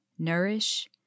Nourish